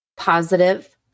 positive